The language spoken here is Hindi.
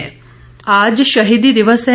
शहीदी दिवस आज शहीदी दिवस है